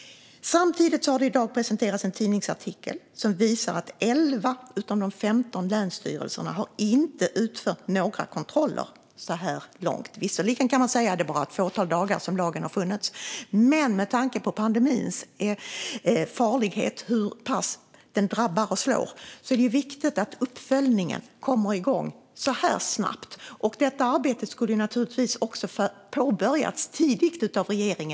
Samtidigt presenterades det i dag en tidningsartikel som visar att 11 av de 15 länsstyrelserna inte har utfört några kontroller så här långt. Visserligen kan man alltså säga att lagen bara har funnits ett fåtal dagar, men med tanke på pandemins farlighet och hur den slår är det viktigt att uppföljningen kommer igång mycket snabbt. Detta arbete skulle naturligtvis ha påbörjats tidigt av regeringen.